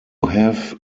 have